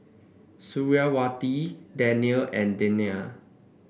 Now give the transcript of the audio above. Suriawati Danial and Danial